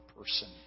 person